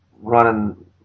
running